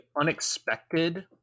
unexpected